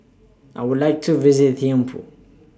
I Would like to visit Thimphu